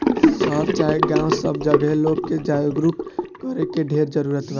शहर चाहे गांव सब जगहे लोग के जागरूक करे के ढेर जरूरत बा